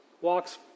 walks